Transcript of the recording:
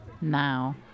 now